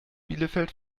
bielefeld